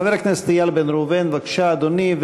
חבר הכנסת איל בן ראובן, בבקשה, אדוני.